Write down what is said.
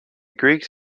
greeks